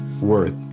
worth